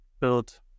build